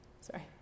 sorry